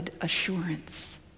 assurance